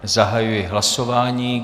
Zahajuji hlasování.